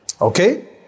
Okay